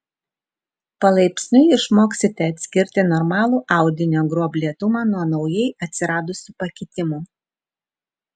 palaipsniui išmoksite atskirti normalų audinio gruoblėtumą nuo naujai atsiradusių pakitimų